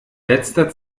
letzter